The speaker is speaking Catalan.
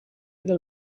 del